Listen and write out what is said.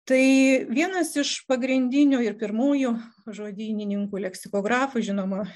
tai vienas iš pagrindinių ir pirmųjų žodynininkų leksikografų žinoma